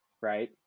right